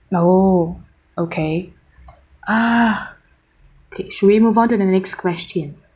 oh okay ah okay should we move on to the next question